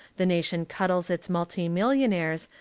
the nation cuddles its multi millionaires,